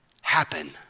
happen